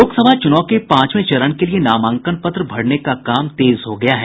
लोकसभा चूनाव के पांचवे चरण के लिये नामांकन पत्र भरने का काम तेज हो गया है